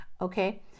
Okay